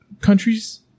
countries